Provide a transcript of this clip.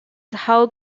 how